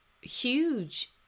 huge